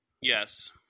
Yes